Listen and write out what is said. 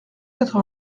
quatre